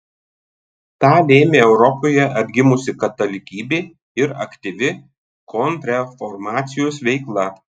tą lėmė europoje atgimusi katalikybė ir aktyvi kontrreformacijos veikla